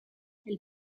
elle